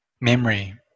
memory